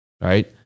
Right